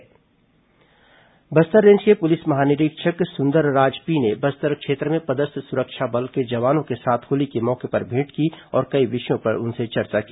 IG जवान मुलाकात Bastar range के पुलिस महानिरीक्षक सुंदरराज पी ने बस्तर क्षेत्र में पदस्थ सुरक्षा बल के जवानों के साथ होली के मौके पर भेंट की और कई विषयों पर उनसे चर्चा की